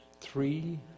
three